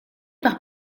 par